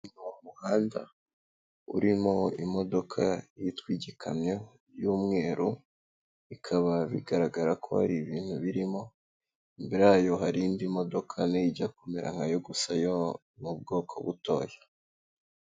Ni umuhanda urimo imodoka yitwa igikamyo y'umweru, bikaba bigaragara ko hari ibintu birimo, imbere yayo hari indi modoka nayo ijya kumera nkayo gusa yo mu bwoko butoya.